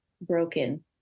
broken